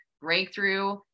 breakthrough